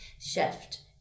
shift